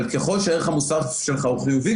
אבל ככל שערך המוסף שלך הוא חיובי,